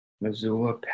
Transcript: Missoula